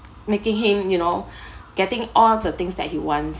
making him you know getting all the things that he wants